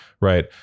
right